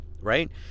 right